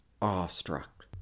awestruck